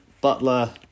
Butler